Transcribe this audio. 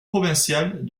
provinciale